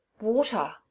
water